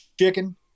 chicken